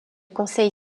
conseil